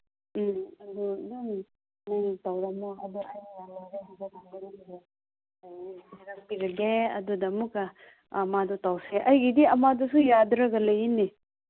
ꯎꯝ ꯑꯗꯨ ꯅꯪ ꯇꯧꯔꯝꯃꯣ ꯑꯗꯨꯗ ꯑꯃꯨꯛꯀ ꯑꯃꯗꯣ ꯇꯧꯁꯦ ꯑꯩꯒꯤꯗꯤ ꯑꯃꯗꯨꯁꯨ ꯌꯥꯗ꯭ꯔꯒ ꯂꯩꯅꯦ